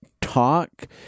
talk